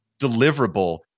deliverable